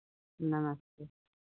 नमस्ते